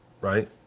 right